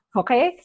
okay